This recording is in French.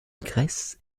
grèce